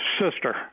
sister